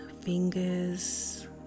fingers